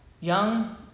Young